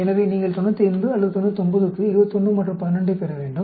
எனவே நீங்கள் 95 அல்லது 99 க்கு 21 மற்றும் 12 யைப் பெற வேண்டும்